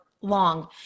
long